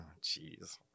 jeez